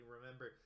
remember